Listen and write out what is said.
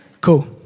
Cool